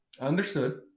understood